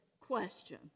question